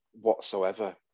whatsoever